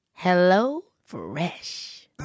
HelloFresh